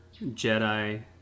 Jedi